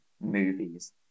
movies